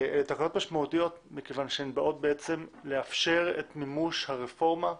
התקנות משמעותיות מכיוון שהן באות לאפשר את מימוש הרפורמה,